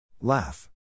Laugh